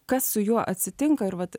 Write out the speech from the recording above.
kas su juo atsitinka ir vat